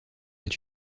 est